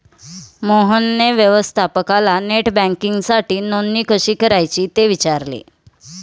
मोहनने व्यवस्थापकाला नेट बँकिंगसाठी नोंदणी कशी करायची ते विचारले